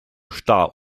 starr